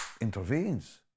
intervenes